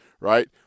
right